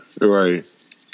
Right